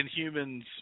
Inhumans